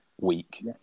week